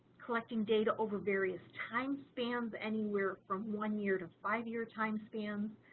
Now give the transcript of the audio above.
collecting data over various times spans anywhere from one year to five year time spans,